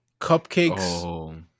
cupcakes